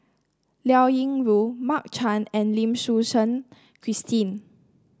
Liao Yingru Mark Chan and Lim Suchen Christine